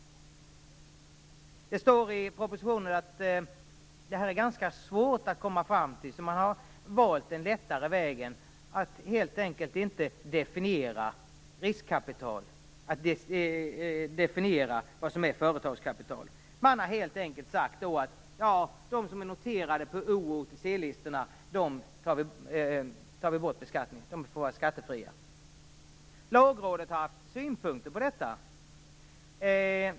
Det står i propositionen att det är ganska svårt att komma fram till en lösning, så man har valt den lättare vägen att helt enkelt inte definiera vad som är riskkapital och vad som är företagskapital. Man har helt enkelt sagt att de aktier som är noterade på O och OTC-listorna skall vara skattefria. Lagrådet har haft synpunkter på detta.